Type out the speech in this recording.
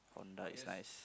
Honda is nice